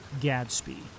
Gadsby